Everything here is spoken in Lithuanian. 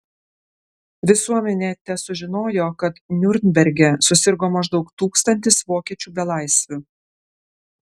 visuomenė tesužinojo kad niurnberge susirgo maždaug tūkstantis vokiečių belaisvių